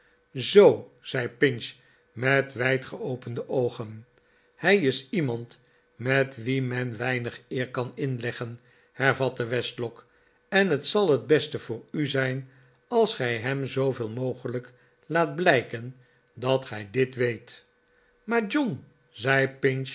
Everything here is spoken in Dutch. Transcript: zoo zei pinch met wijd geopende oogen hij is iemand met wien men weinig eer kan inleggen hervatte westlock en het zal t beste voor u zijn als gij hem zooveel mogelijk laat blijken dat gij dit weet maar john zei